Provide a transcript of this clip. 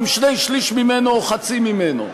עם שני-שלישים ממנו או חצי ממנו,